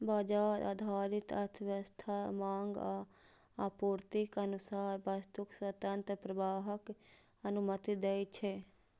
बाजार आधारित अर्थव्यवस्था मांग आ आपूर्तिक अनुसार वस्तुक स्वतंत्र प्रवाहक अनुमति दै छै